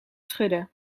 schudden